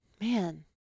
man